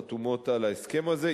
חתומות על ההסכם הזה.